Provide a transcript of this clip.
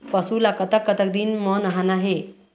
पशु ला कतक कतक दिन म नहाना हे?